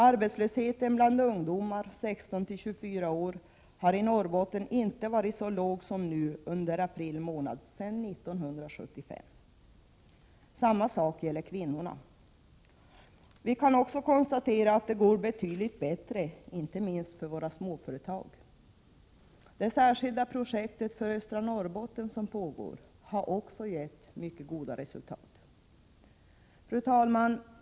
Arbetslösheten bland ungdomar i åldern 16—24 år i Norrbotten har inte varit så låg som nu under april månad sedan 1975. Det gäller även kvinnorna. Vi kan också konstatera att det går betydligt bättre, inte minst för våra småföretag. Det särskilda projektet för östra Norrbotten, som pågår, har också gett mycket goda resultat. Fru talman!